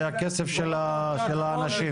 זה הכסף של האנשים,